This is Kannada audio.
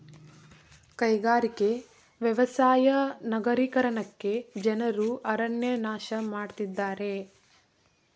ಕೈಗಾರಿಕೆ, ವ್ಯವಸಾಯ ನಗರೀಕರಣಕ್ಕೆ ಜನರು ಅರಣ್ಯ ನಾಶ ಮಾಡತ್ತಿದ್ದಾರೆ